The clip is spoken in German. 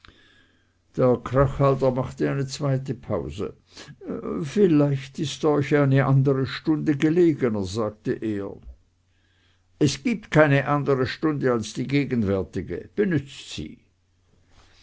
der krachhalder machte eine zweite pause vielleicht ist euch eine andere stunde gelegener sagte er es gibt keine andere stunde als die gegenwärtige benützt sie